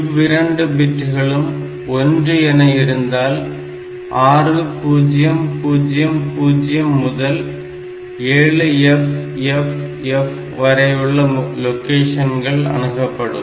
இவ்விரண்டு பிட்டுகளும் 1 என இருந்தால் 6000 முதல் 7FFF வரையுள்ள லொகேஷன்கள் அணுகப்படும்